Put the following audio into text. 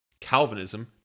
Calvinism